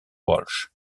walsh